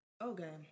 Okay